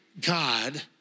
God